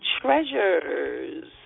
treasures